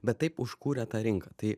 bet taip užkūrė tą rinką tai